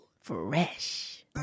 Fresh